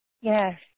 Yes